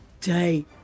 day